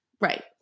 right